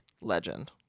legend